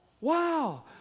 Wow